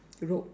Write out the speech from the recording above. road